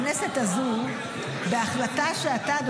הכנסת הזו --- שהאגף --- יבינו שהוויכוח הזה מיותר.